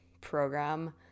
program